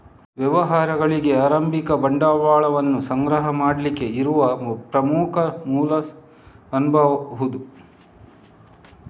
ವ್ಯವಹಾರಗಳಿಗೆ ಆರಂಭಿಕ ಬಂಡವಾಳವನ್ನ ಸಂಗ್ರಹ ಮಾಡ್ಲಿಕ್ಕೆ ಇರುವ ಪ್ರಮುಖ ಮೂಲ ಅನ್ಬಹುದು